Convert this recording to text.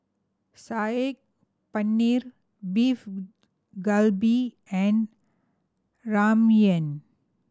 Saag Paneer Beef Galbi and Ramyeon